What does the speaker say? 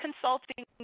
consulting